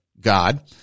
God